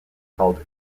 called